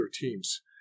teams